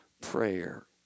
prayer